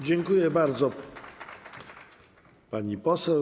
Dziękuję bardzo, pani poseł.